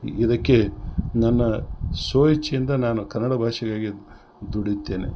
E ಇದಕ್ಕೆ ನನ್ನ ಸ್ವ ಇಚ್ಛೆಯಿಂದ ನಾನು ಕನ್ನಡ ಭಾಷೆಗಾಗಿ ದುಡಿಯುತ್ತೇನೆ